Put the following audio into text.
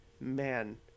man